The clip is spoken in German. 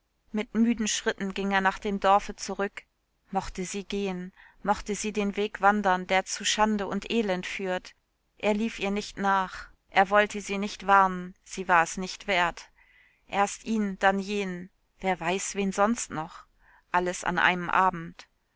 mit müden schritten ging er nach dem dorfe zurück mochte sie gehen mochte sie den weg wandern der zu schande und elend führt er lief ihr nicht nach er wollte sie nicht warnen sie war es nicht wert erst ihn dann jenen wer weiß wen sonst noch alles an einem abend